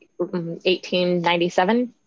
1897